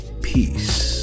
peace